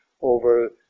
over